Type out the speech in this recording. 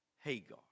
Hagar